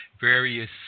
various